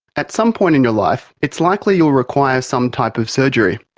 at some point in your life it's likely you'll require some type of surgery.